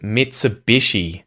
Mitsubishi